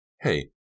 Hey